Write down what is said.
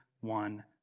one